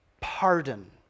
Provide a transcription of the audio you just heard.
pardon